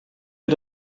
wir